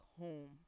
home